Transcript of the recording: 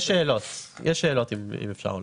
יש שאלות אם אפשר או לא.